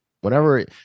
whenever